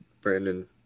Brandon